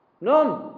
None